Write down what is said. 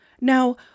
Now